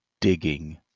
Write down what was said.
Digging